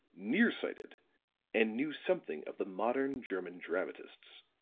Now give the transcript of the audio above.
near-sighted and knew something of the modern german dramatists.